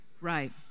Right